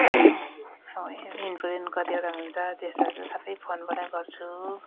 important कतिवटा हुन्छ त्यस्तोहरू चाहिँ सब फोनबाट गर्छु